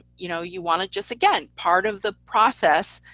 you know you want to just again, part of the process.